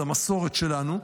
למסורת שלנו,